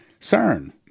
CERN